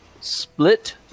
split